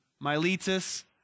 Miletus